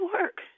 work